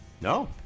No